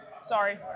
Sorry